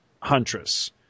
Huntress